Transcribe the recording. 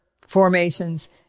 formations